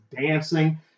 dancing